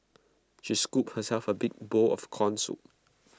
she scooped herself A big bowl of Corn Soup